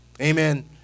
amen